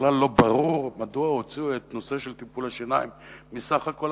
ובכלל לא ברור מדוע הוציאו את נושא טיפולי השיניים מהביטוח.